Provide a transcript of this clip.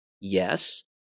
Yes